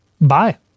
Bye